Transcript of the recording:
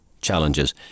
challenges